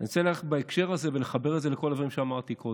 אני רוצה להמשיך בהקשר הזה ולחבר את זה לכל הדברים שאמרתי קודם.